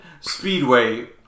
speedway